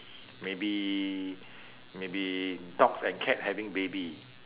maybe maybe dogs and cat having baby